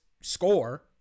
score